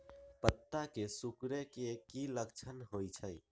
पत्ता के सिकुड़े के की लक्षण होइ छइ?